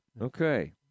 Okay